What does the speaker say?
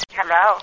Hello